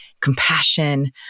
compassion